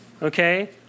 Okay